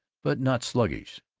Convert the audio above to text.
but not sluggish.